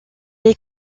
est